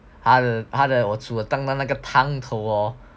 他的我煮了当当那汤头哦